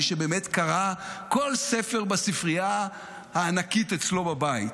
מי שבאמת קרא כל ספר בספרייה הענקית אצלו בבית,